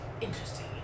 Interesting